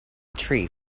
tree